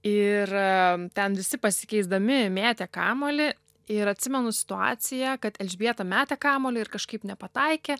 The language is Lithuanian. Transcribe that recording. ir ten visi pasikeisdami mėtė kamuolį ir atsimenu situaciją kad elžbieta metė kamuolį ir kažkaip nepataikė